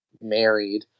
married